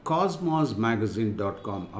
Cosmosmagazine.com